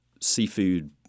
seafood